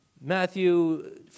Matthew